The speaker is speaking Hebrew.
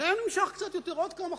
שהיה נמשך קצת יותר, עוד כמה חודשים,